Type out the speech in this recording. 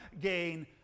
gain